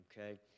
okay